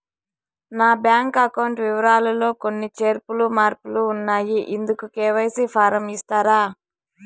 నా bank account వివరాలు లో కొన్ని చేర్పులు మార్పులు ఉన్నాయి, ఇందుకు కె.వై.సి ఫారం ఇస్తారా?